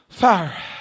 Fire